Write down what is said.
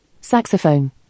Saxophone